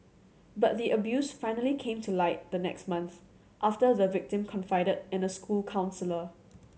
but the abuse finally came to light the next month after the victim confided in a school counsellor